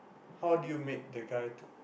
how did you made the guy to